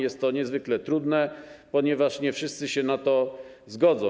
Jest to niezwykle trudne, ponieważ nie wszyscy się na to zgodzą.